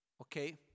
okay